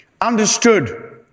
understood